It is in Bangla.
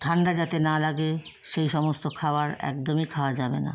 ঠান্ডা যাতে না লাগে সেই সমস্ত খাবার একদমই খাওয়া যাবে না